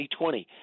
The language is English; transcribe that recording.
2020